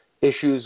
issues